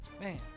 Man